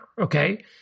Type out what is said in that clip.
okay